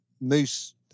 Moose